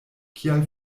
kial